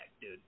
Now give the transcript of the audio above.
dude